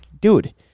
dude